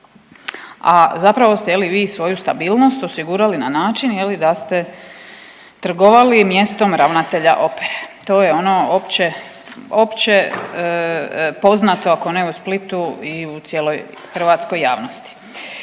a zapravo ste je li vi svoju stabilnost osigurali na način je li da ste trgovali mjestom ravnatelja opere, to je ono opće, opće poznato ako ne u Splitu i u cijeloj hrvatskoj javnosti.